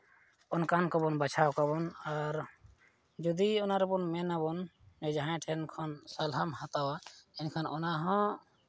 ᱚᱱᱠᱟᱱ ᱠᱚᱵᱚᱱ ᱵᱟᱪᱷᱟᱣ ᱠᱚᱣᱟᱵᱚᱱ ᱟᱨ ᱡᱩᱫᱤ ᱚᱱᱟ ᱨᱮᱵᱚᱱ ᱢᱮᱱᱟᱵᱚᱱ ᱡᱟᱦᱟᱸᱭ ᱴᱷᱮᱱ ᱠᱷᱚᱱ ᱥᱚᱞᱦᱟᱢ ᱦᱟᱛᱟᱣᱟ ᱮᱱᱠᱷᱟᱱ ᱚᱱᱟᱦᱚᱸ